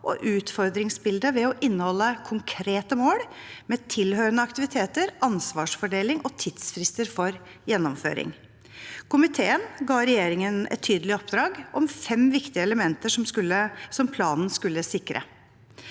og utfordringsbildet ved å inneholde konkrete mål med tilhørende aktiviteter, ansvarsfordeling og tidsfrister for gjennomføring. Komiteen ga regjeringen et tydelig oppdrag om fem viktige elementer som planen skulle sikre.